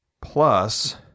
plus